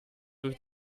durch